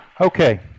Okay